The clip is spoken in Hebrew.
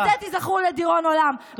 ועל זה תיזכרו לדיראון עולם.